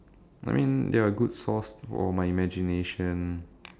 I mean there are good source for my imagination